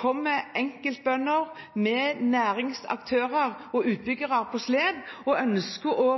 kommer enkeltbønder med næringsaktører og utbyggere på slep og ønsker å